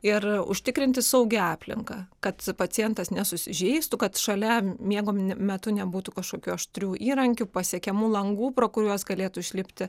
ir užtikrinti saugią aplinką kad pacientas nesusižeistų kad šalia miego metu nebūtų kažkokių aštrių įrankių pasiekiamų langų pro kuriuos galėtų išlipti